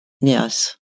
Yes